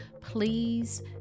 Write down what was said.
please